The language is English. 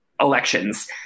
elections